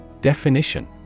Definition